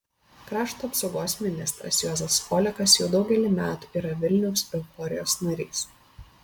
krašto apsaugos ministras juozas olekas jau daugelį metų yra vilniaus euforijos narys